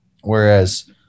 whereas